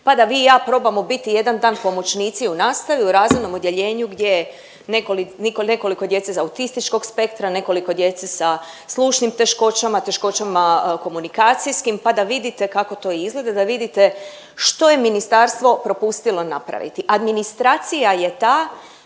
pa da vi i ja probamo biti jedan dan pomoćnici u nastavi u razrednom odjeljenju gdje je nekoliko djece iz autističkog spektra, nekoliko djece za slušnim teškoćama, teškoćama komunikacijskim pa da vidite kako to izgleda, da vidite što je ministarstvo propustilo napraviti. Administracija je ta